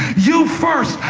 you first.